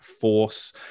force